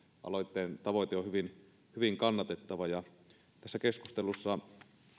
aloitteen tavoite on hyvin hyvin kannatettava ja tässä keskustelussa